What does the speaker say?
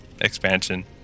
expansion